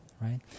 right